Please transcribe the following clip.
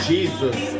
Jesus